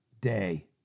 Day